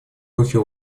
духе